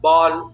Ball